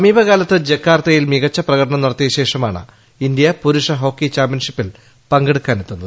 സമീപകാലത്ത് ജക്കാർത്തയ്യിൽ മീകച്ച പ്രകടനം നടത്തിയ ശേഷമാണ് ഇന്ത്യ പുരുഷ ഹോക്കിച്ചാമ്പ്യൻഷിപ്പിൽ പങ്കെടുക്കാനെ ത്തുന്നത്